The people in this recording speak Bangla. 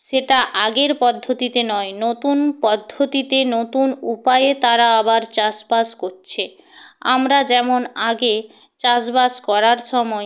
সেটা আগের পদ্ধতিতে নয় নতুন পদ্ধতিতে নতুন উপায়ে তারা আবার চাষবাস করছে আমরা যেমন আগে চাষবাস করার সময়